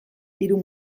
hiru